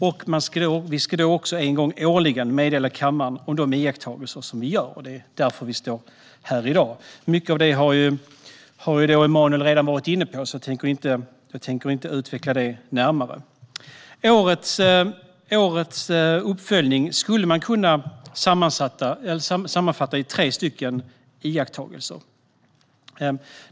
Vi ska årligen meddela kammaren om de iakttagelser som vi gör. Det är därför vi står här i dag. Mycket av det har Emanuel redan varit inne på, så jag tänker inte utveckla det närmare. Årets uppföljning skulle man kunna sammanfatta i tre iakttagelser.